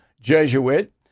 Jesuit